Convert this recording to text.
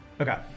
okay